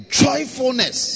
joyfulness